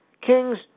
Kings